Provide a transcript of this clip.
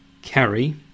carry